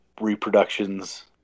reproductions